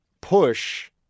push